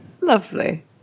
Lovely